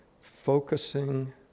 focusing